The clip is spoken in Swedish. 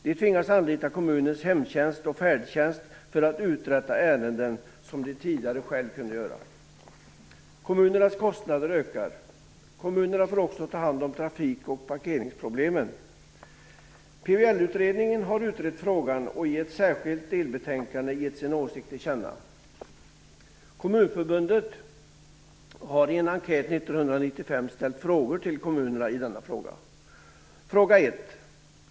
De tvingas anlita kommunens hemtjänst och färdtjänst för att uträtta ärenden som de tidigare själva kunde göra. Kommunernas kostnader ökar. Kommunerna får också ta hand om trafik och parkeringsproblemen. PBL-utredningen har utrett frågan och i ett särskilt delbetänkande gett sin åsikt till känna. Kommunförbundet har i en enkät 1995 ställt följande frågor till kommunerna i denna fråga. 1.